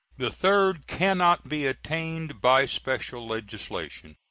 the third can not be attained by special legislation,